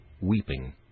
weeping